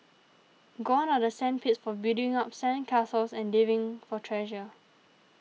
gone are the sand pits for building up sand castles and digging for treasure